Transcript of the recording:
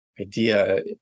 idea